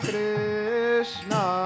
Krishna